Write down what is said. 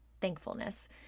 thankfulness